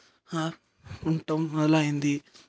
ఉండటం మొదలయింది